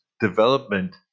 development